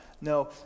No